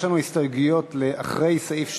יש לנו הסתייגויות לאחרי סעיף 2,